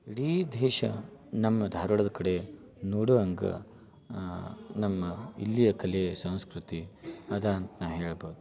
ಇಡೀ ದೇಶ ನಮ್ಮ ಧಾರವಾಡದ ಕಡೆ ನೋಡೋ ಹಂಗೆ ನಮ್ಮ ಇಲ್ಲಿಯ ಕಲೆ ಸಂಸ್ಕೃತಿ ಅದ ಅಂತ ನಾನು ಹೇಳ್ಬೋದು